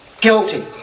guilty